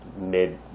mid